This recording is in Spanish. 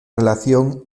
relación